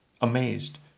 amazed